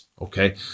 okay